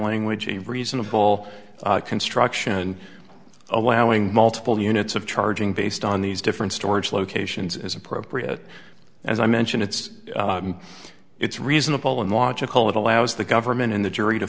language a reasonable construction and allowing multiple units of charging based on these different storage locations is appropriate as i mentioned it's it's reasonable and logical it allows the government and the jury to